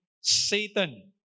Satan